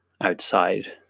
outside